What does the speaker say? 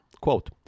Quote